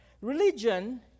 Religion